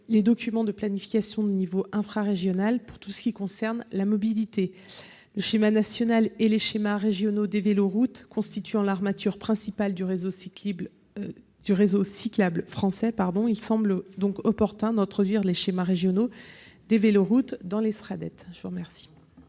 les documents de planification de niveau infrarégional pour tout ce qui concerne la mobilité. Le schéma national et les schémas régionaux des véloroutes constituant l'armature principale du réseau cyclable français, il semble donc opportun d'introduire ces schémas régionaux dans les Sraddet. Quel